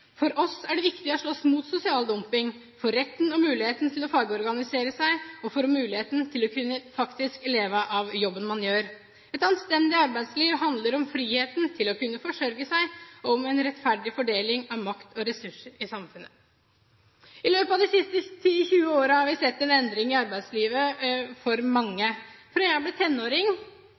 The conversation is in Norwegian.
For oss er det viktig å slåss mot sosial dumping, for retten og muligheten til å fagorganisere seg og for muligheten til faktisk å kunne leve av den jobben man gjør. Et anstendig arbeidsliv handler om friheten til å kunne forsørge seg og om en rettferdig fordeling av makt og ressurser i samfunnet. I løpet av de siste 10–20 årene har vi sett en endring i arbeidslivet for mange. Fra jeg ble tenåring, til da jeg begynte på den arbeidsplassen jeg har